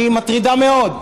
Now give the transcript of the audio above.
היא מטרידה מאוד.